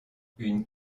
une